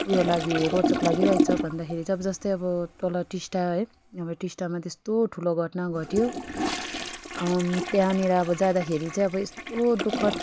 उयो लागि रोचक लागिरहेको छ भन्दाखेरि चाहिँ अब जस्तै अब तल टिस्टा है टिस्टामा त्यस्तो ठुलो घटना घट्यो त्यहाँनिर अब जाँदाखेरि चाहिँ अब यस्तो दुःखद